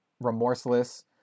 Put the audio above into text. remorseless